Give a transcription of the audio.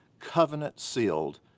covenant-sealed,